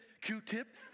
Q-tip